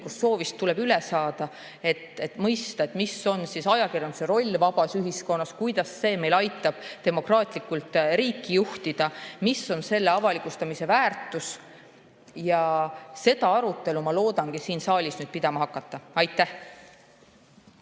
soovist tuleb üle saada, et mõista, mis on ajakirjanduse roll vabas ühiskonnas, kuidas see meil aitab demokraatlikult riiki juhtida ja mis on selle avalikustamise väärtus. Seda arutelu ma loodangi siin saalis nüüd pidama hakata. Aitäh!